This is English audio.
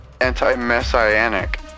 anti-messianic